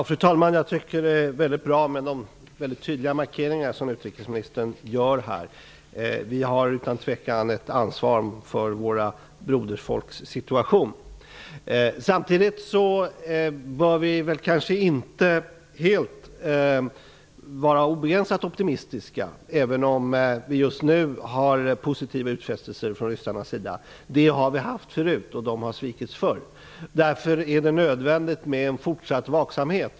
Fru talman! Jag tycker att de mycket tydliga markeringar som utrikesministern här gör är mycket bra. Vi har utan tvivel ett ansvar för våra broderfolks situation. Samtidigt bör vi kanske inte vara obegränsat optimistiska, även om vi just nu har positiva utfästelser från ryssarnas sida. Det har vi haft förut, och de har svikits förr. Därför är det nödvändigt med en fortsatt vaksamhet.